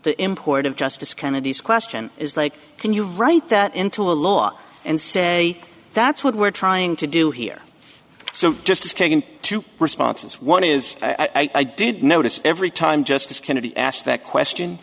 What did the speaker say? the import of justice kennedy's question is like can you write that into a law and say that's what we're trying to do here so i'm just asking two responses one is i did notice every time justice kennedy asked that question